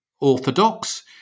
orthodox